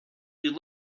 you